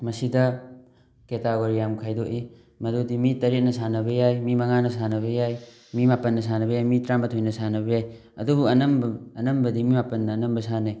ꯃꯁꯤꯗ ꯀꯦꯇꯥꯒꯣꯔꯤ ꯌꯥꯝꯅ ꯈꯥꯏꯗꯣꯛꯏ ꯃꯗꯨꯗꯤ ꯃꯤ ꯇꯔꯦꯠꯅ ꯁꯥꯟꯅꯕ ꯌꯥꯏ ꯃꯤ ꯃꯉꯥꯅ ꯁꯥꯟꯅꯕ ꯌꯥꯏ ꯃꯤ ꯃꯥꯄꯟꯅ ꯁꯥꯟꯅꯕ ꯌꯥꯏ ꯃꯤ ꯇꯔꯥ ꯃꯥꯊꯣꯏꯅ ꯁꯥꯟꯅꯕ ꯌꯥꯏ ꯑꯗꯨꯕꯨ ꯑꯅꯝꯕ ꯑꯅꯝꯕꯗꯤ ꯃꯤ ꯃꯥꯄꯟꯅ ꯑꯅꯃꯕ ꯁꯥꯟꯅꯩ